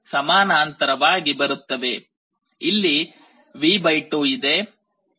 ಇಲ್ಲಿ V 2 ಇದೆ